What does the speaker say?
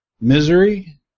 misery